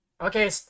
Okay